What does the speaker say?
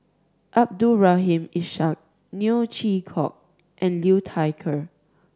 Abdul Rahim Ishak Neo Chwee Kok and Liu Thai Ker